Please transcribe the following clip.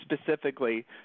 specifically